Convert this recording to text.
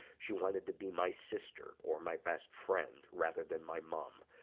she wanted to be my sister or my best friend, rather than my mom.